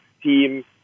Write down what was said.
team